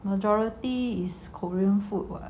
majority is korean food [what]